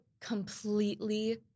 completely